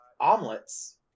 omelets